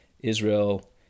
Israel